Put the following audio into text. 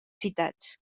citats